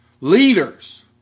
leaders